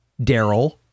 Daryl